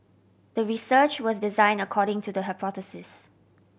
the research was design according to the hypothesis